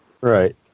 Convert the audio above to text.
Right